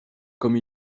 comme